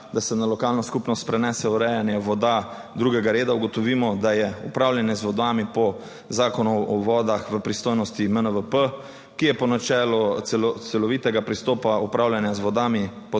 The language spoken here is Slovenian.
da se na lokalno skupnost prenese urejanje voda drugega reda, ugotovimo, da je upravljanje z vodami po Zakonu o vodah v pristojnosti MNVP, ki je po načelu celovitega pristopa upravljanja z vodami po